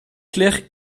claire